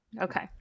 Okay